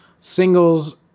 singles